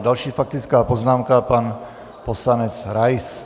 Další faktická poznámka pan poslanec Rais.